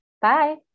Bye